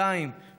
זה לא נכון.